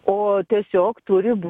o tiesiog turi bū